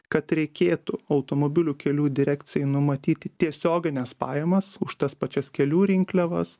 kad reikėtų automobilių kelių direkcijai numatyti tiesiogines pajamas už tas pačias kelių rinkliavas